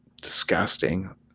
disgusting